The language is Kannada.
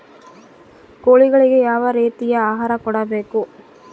ಕೋಳಿಗಳಿಗೆ ಯಾವ ರೇತಿಯ ಆಹಾರ ಕೊಡಬೇಕು?